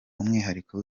umwihariko